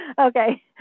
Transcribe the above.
okay